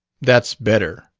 that's better,